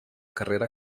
carrera